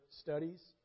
studies